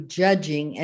judging